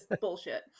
bullshit